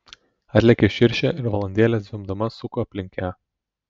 atlėkė širšė ir valandėlę zvimbdama suko aplink ją